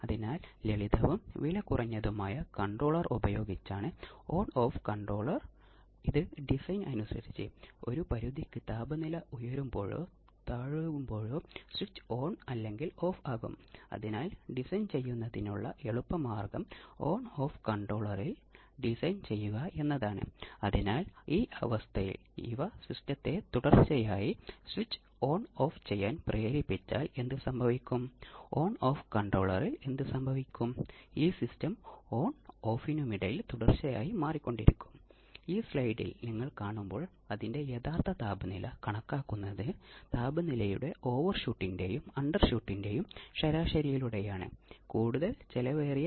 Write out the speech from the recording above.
അതിനാൽ ഒന്നുകിൽ അത് നമുക്ക് സൈൻ തരംഗം ഔട്ട്പുട്ട് നൽകും അല്ലെങ്കിൽ അത് ഒരു സൈൻ തരംഗം നൽകില്ല അതിനർത്ഥം ഇതിന് ഒരു ത്രികോണ തരംഗം നൽകാം അല്ലെങ്കിൽ അതിന് സൈൻ തരംഗങ്ങളല്ലാത്ത മറ്റേതെങ്കിലും തരംഗങ്ങൾ നൽകാം